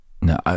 No